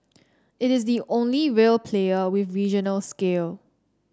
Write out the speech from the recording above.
it is the only real player with regional scale